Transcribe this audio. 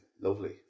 lovely